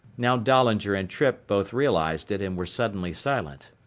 now dahlinger and trippe both realized it and were suddenly silent.